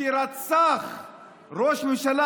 שרצח ראש ממשלה.